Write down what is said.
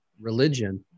religion